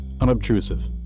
unobtrusive